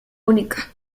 única